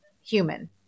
human